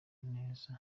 neza